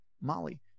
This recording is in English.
Molly